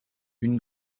une